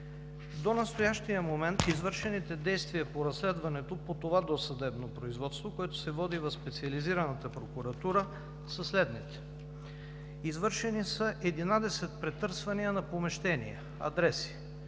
До настоящия момент извършените действия по разследването по това досъдебно производство, което се води в Специализираната прокуратура, са следните: извършените са 11 претърсвания на помещения, адреси,